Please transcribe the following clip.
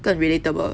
更 relatable